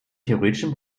theoretischen